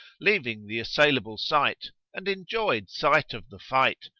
leaving the assailable site, and enjoyed sight of the fight,